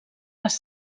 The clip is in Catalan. les